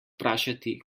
vprašati